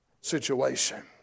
situation